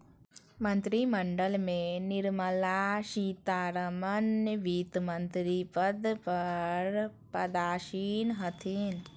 मंत्रिमंडल में निर्मला सीतारमण वित्तमंत्री पद पर पदासीन हथिन